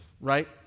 Right